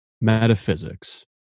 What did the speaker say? metaphysics